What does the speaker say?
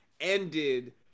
ended